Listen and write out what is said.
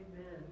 Amen